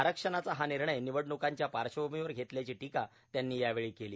आरक्षणाचा हा निर्णय निवडण्कांच्या पार्श्वभूमीवर घेतल्याची टीका त्यांनी यावेळी केली